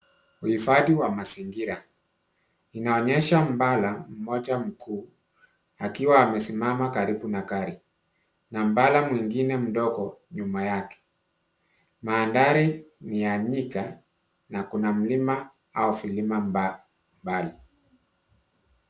Uhifadhi wa mazingira inaonyesha mbala mmoja mkuu akiwa amesimama karibu na gari na mbala mwingine mdogo nyuma yake. Mandhari ni ya Nyika na kuna mlima au vilima mbali.